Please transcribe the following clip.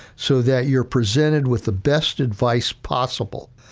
so that you're presented with the best advice possible.